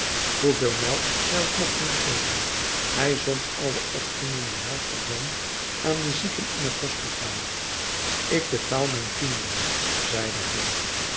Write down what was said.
hoeveel melk zij ook mochten geven hij zond alle ochtenden de helft er van aan de zieken in het hospitaal ik betaal mijn tienden zeide hij